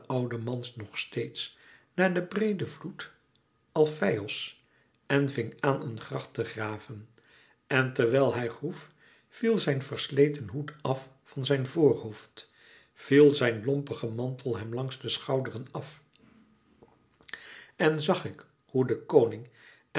nog steeds naar den breeden vloed alfeios en ving aan een gracht te graven en terwijl hij groef viel zijn versleten hoed af van zijn voorhoofd viel zijn lompige mantel hem langs de schouderen af en zag ik hoe de koning